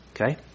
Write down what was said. Okay